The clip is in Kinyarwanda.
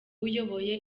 uyoboye